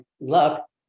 luck